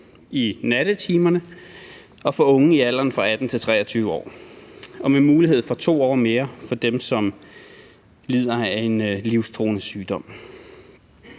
i nattetimerne for unge i alderen 18-23 år og med mulighed for 2 år mere for dem, som lider af en livstruende sygdom.